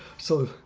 so